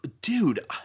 Dude